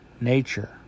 nature